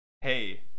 Hey